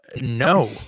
No